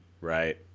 Right